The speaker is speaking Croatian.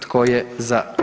Tko je za?